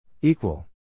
Equal